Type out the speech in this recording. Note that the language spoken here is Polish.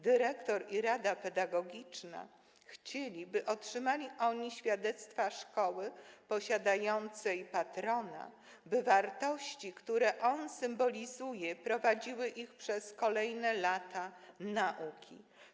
Dyrektor i rada pedagogiczna chcieli, by otrzymali oni świadectwa szkoły posiadającej patrona, by wartości, które on symbolizuje, prowadziły ich przez kolejne lata nauki.